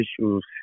issues